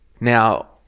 Now